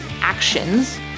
actions